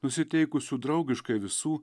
nusiteikusių draugiškai visų